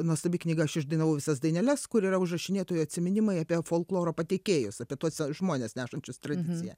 nuostabi knyga aš išdainavau visas daineles kur yra užrašinėtojo atsiminimai apie folkloro pateikėjus apie tuos žmones nešančius tradiciją